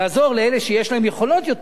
לעזור לאלה שיש להם יכולות יותר גבוהות.